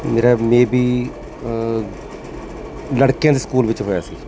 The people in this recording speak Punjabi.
ਮੇਰਾ ਮੇਅ ਬੀ ਲੜਕੀਆਂ ਦੇ ਸਕੂਲ ਵਿੱਚ ਹੋਇਆ ਸੀ